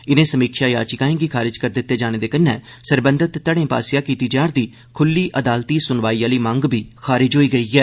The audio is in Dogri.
इनें समीक्षा याचिकाएं गी खारिज करी दित्ते जाने कन्नै सरबंघत घड़ें आसेआ कीती जा'रदी खुल्ली अदालती सुनवाई आह्ली मंग बी खारिज होई गेई ऐ